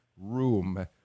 room